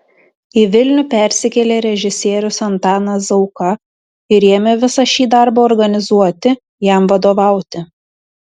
į vilnių persikėlė režisierius antanas zauka ir ėmė visą šį darbą organizuoti jam vadovauti